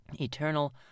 Eternal